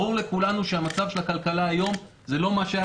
ברור לכולנו שמצב הכלכלה היום הוא לא מה שהיה